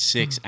Six